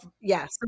yes